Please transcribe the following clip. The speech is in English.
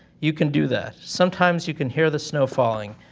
you can do that. sometimes you can hear the snow falling.